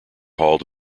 hauled